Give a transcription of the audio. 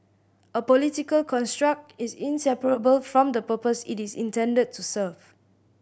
a political construct is inseparable from the purpose it is intended to serve